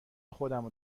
خودمو